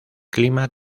clima